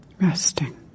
resting